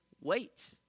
wait